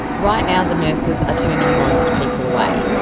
right now the nurses are turning most people away,